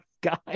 guy